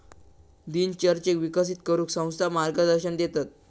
दिनचर्येक विकसित करूक संस्था मार्गदर्शन देतत